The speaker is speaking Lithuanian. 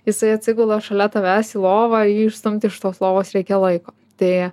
jisai atsigula šalia tavęs į lovą jį išstumti iš tos lovos reikia laiko tai